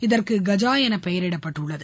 இதற்கு கஜா என பெயரிடப்பட்டுள்ளது